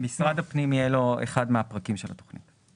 למשרד הפנים יהיה אחד הפרקים של התוכנית.